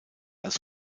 als